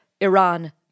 Iran